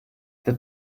der